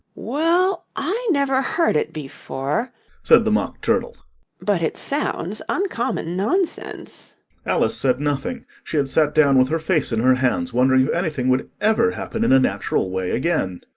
well, i never heard it before said the mock turtle but it sounds uncommon nonsense alice said nothing she had sat down with her face in her hands, wondering if anything would ever happen in a natural way again.